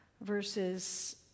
verses